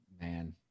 Man